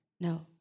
No